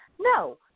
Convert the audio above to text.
No